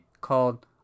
called